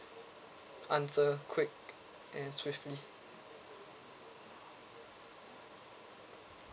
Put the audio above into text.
answer quick and swiftly